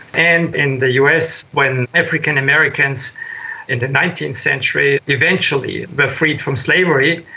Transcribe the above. and in the us when african americans in the nineteenth century eventually were freed from slavery,